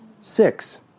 Six